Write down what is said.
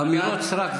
אמירות סרק,